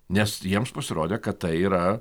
nes jiems pasirodė kad tai yra